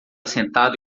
sentado